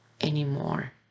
anymore